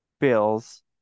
Bills